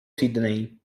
sidney